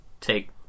take